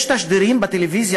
יש תשדירים בטלוויזיה,